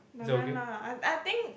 nevermind I I think